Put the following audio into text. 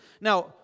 Now